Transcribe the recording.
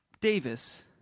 Davis